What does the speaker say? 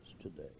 today